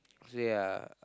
say I